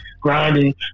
grinding